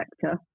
sector